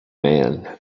man